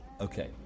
Okay